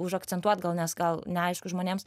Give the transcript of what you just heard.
užakcentuot gal nes gal neaišku žmonėms